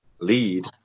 lead